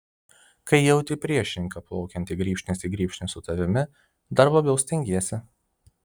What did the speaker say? kai jauti priešininką plaukiantį grybšnis į grybšnį su tavimi dar labiau stengiesi